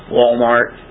Walmart